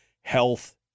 health